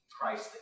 Christ